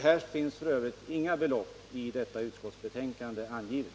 Det finns f. ö. inga belopp angivna i utskottsbetänkandet.